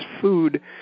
food